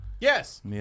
Yes